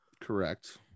Correct